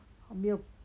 oh 没有